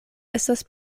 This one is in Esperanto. estas